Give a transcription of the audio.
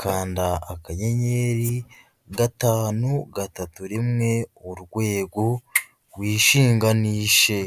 kanda akanyenyeri gatanu, gatatu, rimwe, urwego, wishinganishe.